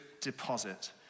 deposit